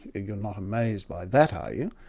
you're not amazed by that, are you?